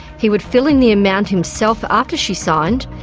he would fill in the amount himself after she signed,